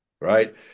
right